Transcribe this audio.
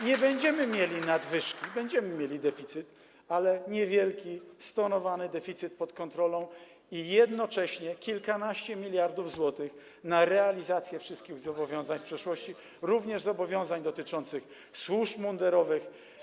Nie będziemy mieli nadwyżki, będziemy mieli deficyt, ale niewielki, stonowany deficyt pod kontrolą i jednocześnie kilkanaście miliardów złotych na realizację wszystkich zobowiązań z przeszłości, również zobowiązań dotyczących służb mundurowych